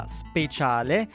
speciale